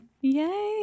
Yay